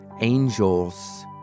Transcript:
angels